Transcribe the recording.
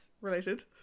related